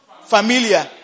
familiar